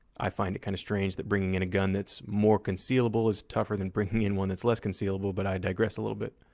i find it kind of strange that bringing in a gun that's more concealable is tougher than bringing in one that's less concealable, but i digress a little bit.